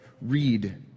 read